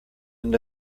end